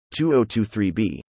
2023b